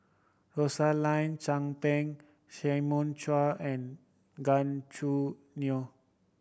Rosaline Chan Pang Simon Chua and Gan Choo Neo